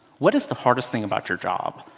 what is the hardest thing about your job?